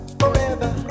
forever